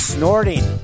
Snorting